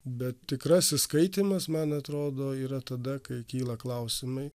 bet tikrasis skaitymas man atrodo yra tada kai kyla klausimai